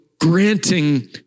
granting